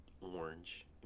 orange